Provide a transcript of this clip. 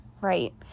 right